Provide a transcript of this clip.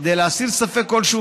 כדי להסיר ספק כלשהו,